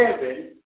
heaven